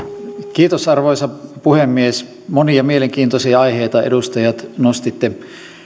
arvoisa puhemies monia mielenkiintoisia aiheita edustajat nostitte